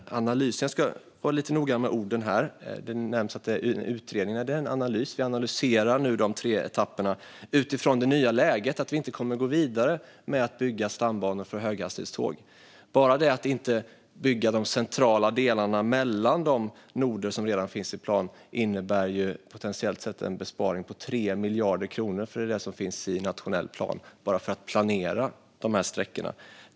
Jag ska vara noga med orden här: Det nämns att det pågår en utredning, men det är en analys. Vi analyserar nu de tre etapperna utifrån det nya läget - att vi inte kommer att gå vidare med att bygga stambanor för höghastighetståg. Bara det att inte bygga de centrala delarna mellan de noder som redan finns i plan innebär potentiellt sett en besparing på 3 miljarder kronor, för det är det som finns i nationell plan bara för att planera sträckorna.